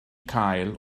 cael